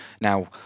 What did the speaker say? Now